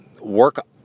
work